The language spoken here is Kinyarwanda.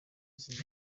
izina